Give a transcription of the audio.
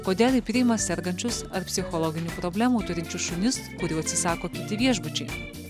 kodėl ji priima sergančius ar psichologinių problemų turinčių šunis kurių atsisako kiti viešbučiai